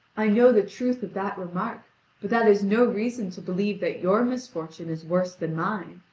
i know the truth of that remark but that is no reason to believe that your misfortune is worse than mine.